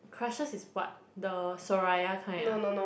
crushes is what the Soraya kind ah